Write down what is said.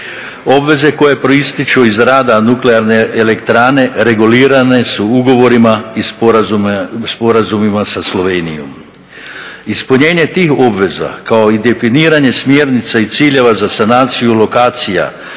Obveze koje proističu iz rada Nuklearne elektrane regulirane su ugovorima i sporazumima sa Slovenijom. Ispunjenje tih obveza kao i definiranje smjernica i ciljeva za sanaciju lokacija